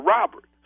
Robert